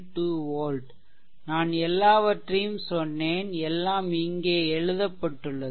2 volt நான் எல்லாவற்றையும் சொன்னேன் எல்லாம் இங்கே எழுதப்பட்டுள்ளது